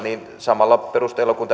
samalla perusteella kuin